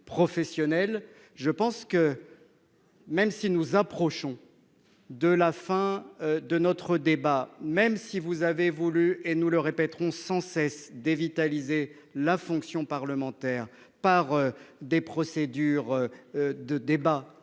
professionnelles. Même si nous approchons de la fin de notre débat, même si vous avez voulu- et nous ne cesserons de le répéter -dévitaliser la fonction parlementaire par des procédures destinées